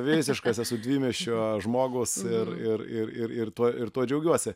visiškas esu dvimiesčio žmogus ir ir ir ir ir tuo ir tuo džiaugiuosi